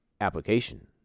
application